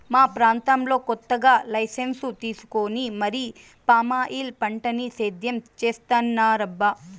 మా ప్రాంతంలో కొత్తగా లైసెన్సు తీసుకొని మరీ పామాయిల్ పంటని సేద్యం చేత్తన్నారబ్బా